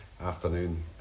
afternoon